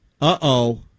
Uh-oh